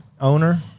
owner